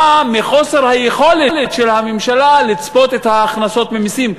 בא מחוסר היכולת של הממשלה לצפות את ההכנסות ממסים,